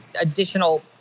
additional